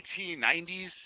1890s